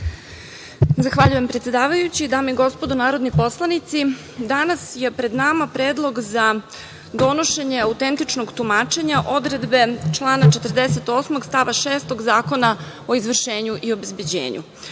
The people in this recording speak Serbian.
Zahvaljujem predsedavajući. Dame i gospodo narodni poslanici, danas je pred nama Predlog za donošenje autentičnog tumačenja odredbe člana 48. stava 6. Zakona o izvršenju i obezbeđenju. Ta